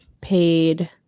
paid